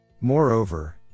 Moreover